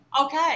Okay